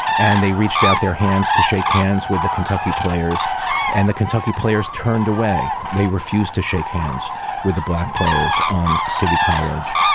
and they reached out their hands to shake hands with the kentucky players and the kentucky players turned away. they refused to shake hands with the black players on city college.